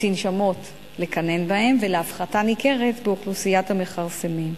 תנשמות לקנן בהן ולהפחתה ניכרת באוכלוסיית המכרסמים,